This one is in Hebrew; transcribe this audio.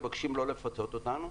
מבקשים לא לפצות אותנו.